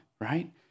right